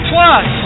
Plus